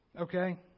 Okay